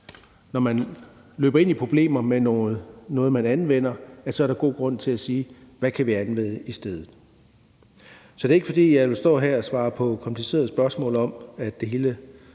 når man løber ind i nogle problemer med det, man anvender, så er der god grund til at spørge, hvad man i stedet kan anvende. Så det er ikke, fordi jeg vil stå her og svare på komplicerede spørgsmål og sige, at det hele